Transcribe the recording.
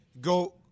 go –